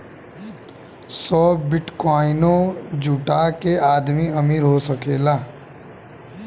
सौ बिट्काइनो जुटा के आदमी अमीर हो सकला